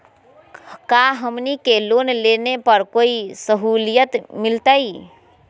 का हमनी के लोन लेने पर कोई साहुलियत मिलतइ?